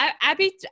abby